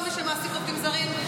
על כל מי שמעסיק עובדים זרים,